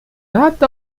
hat